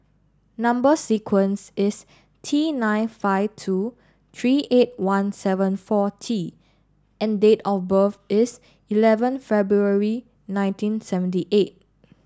number sequence is T nine five two three eight one seven four T and date of birth is eleven February nineteen seventy eight